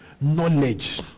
knowledge